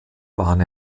waren